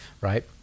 right